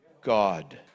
God